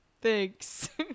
thanks